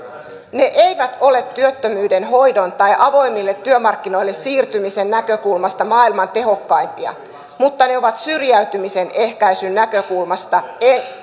ne eivät ole työttömyyden hoidon tai avoimille työmarkkinoille siirtymisen näkökulmasta maailman tehokkaimpia mutta ne ovat syrjäytymisen ehkäisyn näkökulmasta